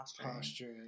posture